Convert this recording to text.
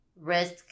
risk